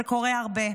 זה קורה הרבה.